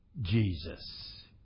Jesus